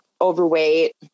overweight